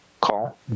call